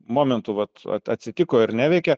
momentu vat at atsitiko ir neveikia